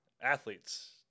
athletes